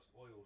oil